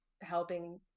helping